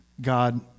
God